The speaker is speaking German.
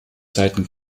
saiten